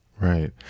Right